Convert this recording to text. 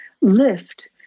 lift